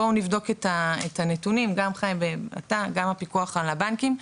בואו נבדוק את הנתונים גם אתה חי וגם הפיקוח על הבנקים.